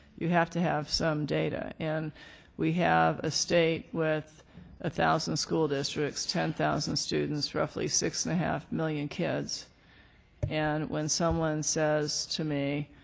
you have to have some data, and we have a state with a thousand school districts, ten thousand students, roughly six and a half million kids and when someone says to me,